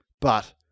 But-